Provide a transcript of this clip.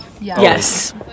Yes